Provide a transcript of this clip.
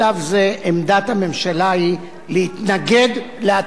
עמדת הממשלה היא להתנגד להצעת החוק.